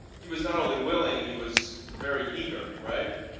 he was not only willing, he was very eager, right?